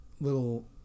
little